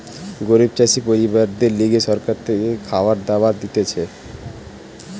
গরিব চাষি পরিবারদের লিগে সরকার থেকে খাবার দাবার দিতেছে